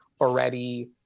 already